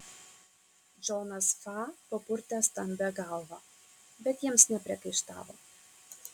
džonas fa papurtė stambią galvą bet jiems nepriekaištavo